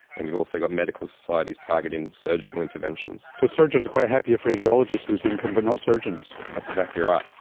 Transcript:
and you've also got medical societies targeting surgical interventions. so surgeons are quite happy if radiologists lose income but not surgeons. that's exactly right.